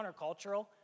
countercultural